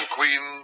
Queen